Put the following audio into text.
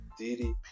DDP